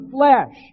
flesh